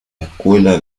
escuela